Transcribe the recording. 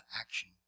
action